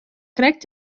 krekt